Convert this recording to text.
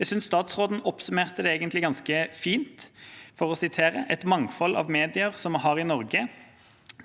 Jeg synes statsråden egentlig oppsummerte det ganske fint, og jeg siterer: «Et mangfold av medier som det vi har i Norge,